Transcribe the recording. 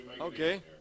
Okay